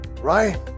right